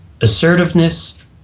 assertiveness